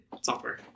software